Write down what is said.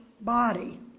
body